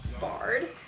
bard